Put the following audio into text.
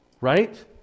Right